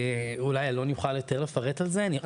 אולי לא נוכל יותר לפרט על זה אבל